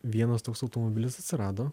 vienas toks automobilis atsirado